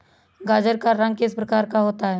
गाजर का रंग किस प्रकार का होता है?